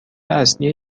اصلی